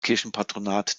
kirchenpatronat